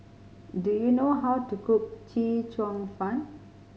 do you know how to cook Chee Cheong Fun